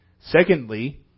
Secondly